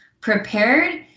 prepared